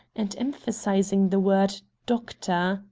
and emphasizing the word doctor.